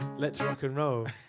let's rock and roll.